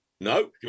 No